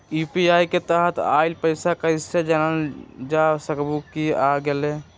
UPI के तहत आइल पैसा कईसे जानल जा सकहु की आ गेल?